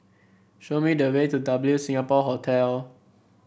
show me the way to W Singapore Hotel